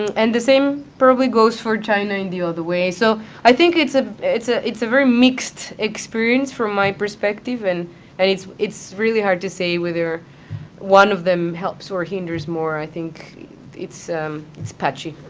and the same probably goes for china in the other way. so i think it's ah it's ah a very mixed experience from my perspective. and and it's it's really hard to say whether one of them helps or hinders more. i think it's it's patchy.